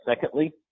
secondly